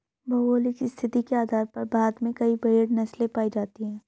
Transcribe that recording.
भौगोलिक स्थिति के आधार पर भारत में कई भेड़ नस्लें पाई जाती हैं